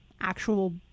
actual